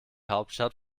hauptstadt